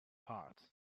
parts